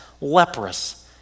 leprous